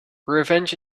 revenge